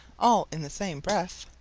all in the same breath.